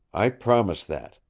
i promise that.